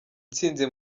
ntsinzi